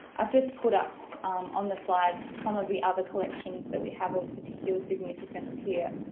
i've just put up on the slide some of the other collections that we have of particular significance here,